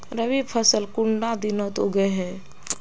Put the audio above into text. रवि फसल कुंडा दिनोत उगैहे?